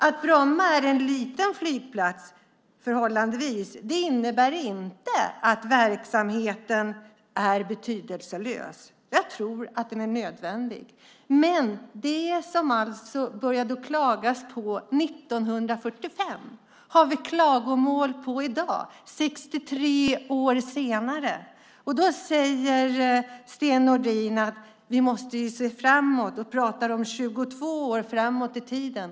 Att Bromma är en förhållandevis liten flygplats innebär inte att verksamheten är betydelselös. Jag tror att den är nödvändig. Men det som man började klaga på 1945 har vi klagomål på ännu i dag, 63 år senare. Sten Nordin säger att vi måste se framåt och pratar om 22 år framåt i tiden.